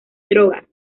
drogas